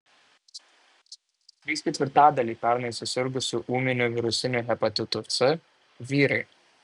trys ketvirtadaliai pernai susirgusiųjų ūminiu virusiniu hepatitu c vyrai